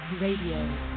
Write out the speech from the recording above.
Radio